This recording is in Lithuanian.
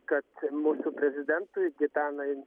kad mūsų prezidentui gitanai